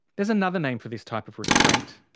there's another name for this type of restraint.